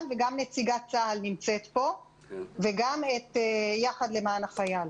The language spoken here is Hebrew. נציגת צה"ל נמצאת פה וגם "יחד למען החייל".